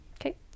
Okay